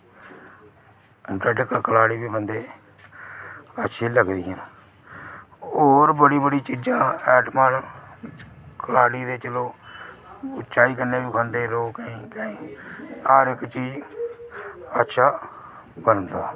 bread कलाड़ी बी बंदे ई अच्छी लगदियां होर बड़ी बड़ी चीज़ां न आइटमां न कलाड़ी ते चलो चाही कन्नै बी खंदे केईं केईं हर इक्क चीज़ अच्छा बनदा